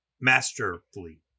masterfully